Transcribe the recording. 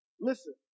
Listen